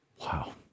Wow